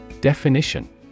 Definition